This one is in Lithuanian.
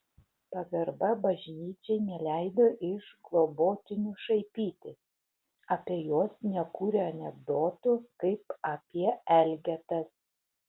pagarba bažnyčiai neleido iš globotinių šaipytis apie juos nekūrė anekdotų kaip apie elgetas